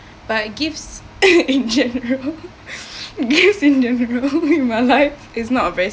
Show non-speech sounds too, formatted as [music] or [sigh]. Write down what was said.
but gifts [laughs] in general gifts in general in my life is not a very